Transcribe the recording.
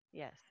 Yes